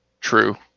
True